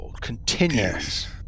continues